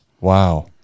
Wow